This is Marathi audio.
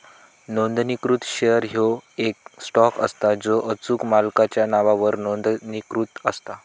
नोंदणीकृत शेअर ह्यो येक स्टॉक असता जो अचूक मालकाच्या नावावर नोंदणीकृत असता